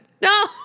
No